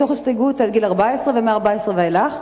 תוך הסתייגות עד גיל 14 ומ-14 ואילך,